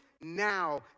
now